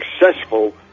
successful